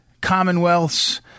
Commonwealth's